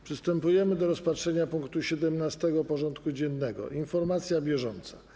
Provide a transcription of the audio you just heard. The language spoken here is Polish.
Przystępujemy do rozpatrzenia punktu 17. porządku dziennego: Informacja bieżąca.